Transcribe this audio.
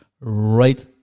right